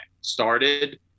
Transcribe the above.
started